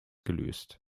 gelöst